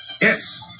Yes